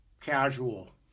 casual